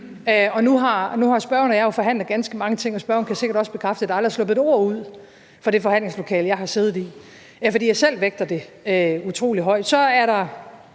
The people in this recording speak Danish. Nu har spørgeren og jeg jo forhandlet ganske mange ting, og spørgeren kan sikkert også bekræfte, at der aldrig er sluppet et ord ud fra det forhandlingslokale, jeg har siddet i, fordi jeg selv vægter det utrolig højt. Så er der